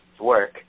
work